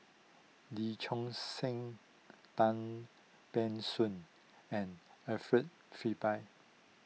Lee Choon Seng Tan Ban Soon and Alfred Frisby